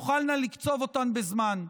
תוכלנה לקצוב אותן בזמן.